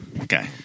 Okay